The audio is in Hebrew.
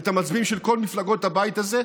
את המצביעים של כל מפלגות הבית הזה,